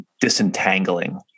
disentangling